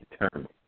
determined